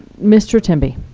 mr. temby.